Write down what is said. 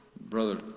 brother